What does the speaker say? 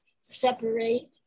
separate